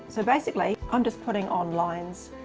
so basically i'm just putting on lines.